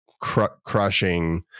crushing